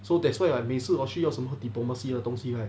so that's why like 每次需要 diplomacy 的东西 right